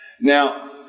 Now